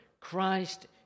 Christ